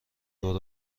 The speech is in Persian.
دور